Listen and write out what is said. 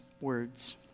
words